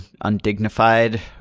undignified